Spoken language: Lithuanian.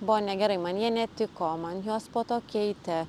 buvo negerai man jie netiko man juos po to keitė